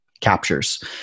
captures